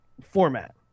format